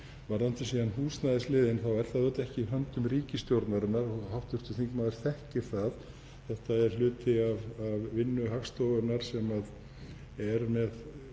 Þetta er hluti af vinnu Hagstofunnar sem er með